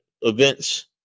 events